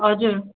हजुर